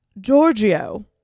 Giorgio